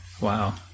Wow